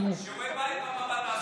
תראו, שיעורי בית תעשה בפעם הבאה.